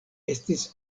estis